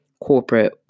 corporate